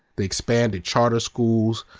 they expanded charter schools,